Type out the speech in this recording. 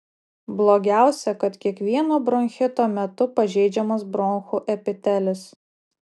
blogiausia kad kiekvieno bronchito metu pažeidžiamas bronchų epitelis